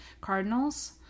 Cardinals